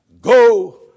go